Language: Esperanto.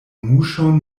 muŝon